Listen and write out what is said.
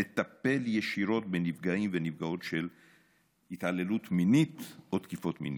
לטפל ישירות בנפגעים ונפגעות התעללות מינית או תקיפות מיניות.